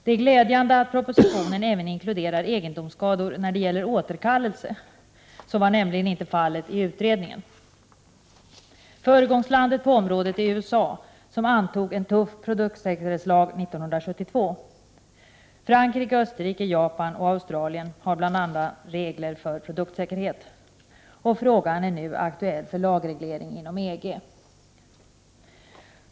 Det är glädjande att propositionen även inkluderar egendomsskador när det gäller återkallelse. Så var nämligen inte fallet i utredningen. Föregångslandet på området är USA, som antog en tuff produktsäkerhets lag 1972. Frankrike, Österrike, Japan och Australien har regler för produktsäkerhet. Frågan är nu aktuell för lagreglering inom EG.